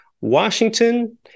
Washington